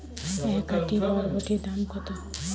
এক আঁটি বরবটির দাম কত?